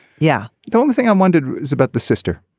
yeah. the only thing i wondered is about the sister.